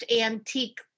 antique